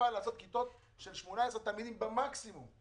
לבנות כיתות של 18 תלמידים במקסימום,